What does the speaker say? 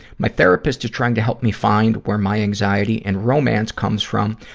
my therapist is trying to help me find where my anxiety and romance comes from,